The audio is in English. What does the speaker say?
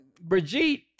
Brigitte